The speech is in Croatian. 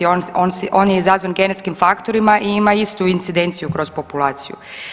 On je izazvan genetskim faktorima i ima istu incidenciju kroz populaciju.